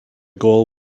goal